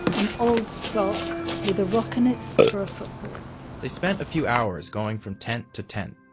an old sock with a rock in it for a football they spent a few hours going from tent to tent,